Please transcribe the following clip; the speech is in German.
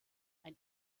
ein